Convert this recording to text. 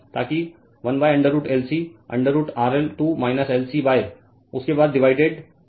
ताकि 1√LC √ RL 2 LC उसके बाद डिवाइडेड RC 2 LC मिलता है